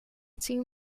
team